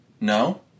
no